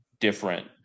different